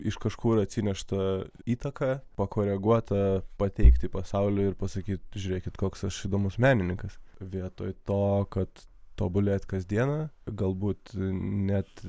iš kažkur atsineštą įtaką pakoreguotą pateikti pasauliui ir pasakyt žiūrėkit koks aš įdomus menininkas vietoj to kad tobulėt kasdieną galbūt net